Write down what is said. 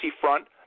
front